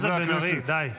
חברת הכנסת בן ארי, די.